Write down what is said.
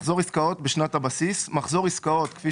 ""מחזור עסקאות בשנת הבסיס" מחזור עסקאות כפי